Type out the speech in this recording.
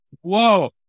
whoa